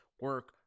Work